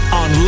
on